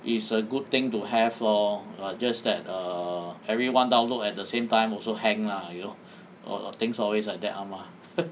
is a good thing to have lor just that err everyone download at the same time also hang lah you know things always like that ah mah